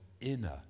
inner